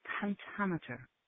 pentameter